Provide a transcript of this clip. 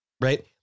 right